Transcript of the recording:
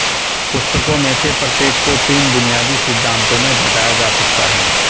पुस्तकों में से प्रत्येक को तीन बुनियादी सिद्धांतों में घटाया जा सकता है